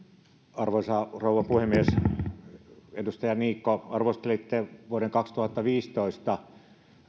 arvoisa rouva puhemies edustaja niikko arvostelitte vuoden kaksituhattaviisitoista